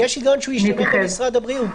יש היגיון שהוא יישמר במשרד בריאות.